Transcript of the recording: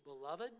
beloved